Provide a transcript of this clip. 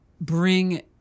bring